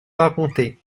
raconter